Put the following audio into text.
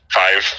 five